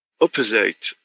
opposite